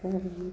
जाबायना